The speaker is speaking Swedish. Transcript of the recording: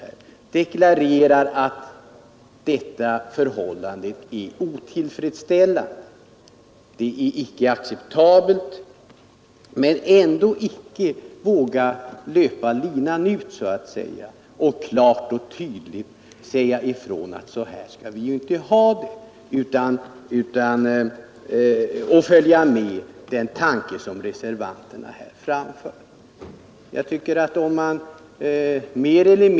Han deklarerade att förhållandet är otillfredsställande och icke acceptabelt, men han vågade inte löpa linan ut och säga klart ; Fredagen den stryker medhårs så långt som han gör men ändå inte i slutändan av sitt 10 november 1972 resonemang vågar stå för sin ståndpunkt.